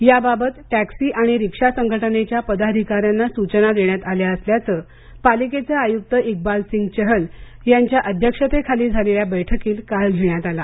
या बाबत टॅक्सी आणि रिक्षा संघटनेच्या पदाधिकार्यांना स्चना देण्यात आल्या असल्याचं पालिकेचे आयुक्त इक्बाल सिंघ चहल यांच्या अध्यक्षतेखाली झालेल्या बैठकीत काल घेण्यात आला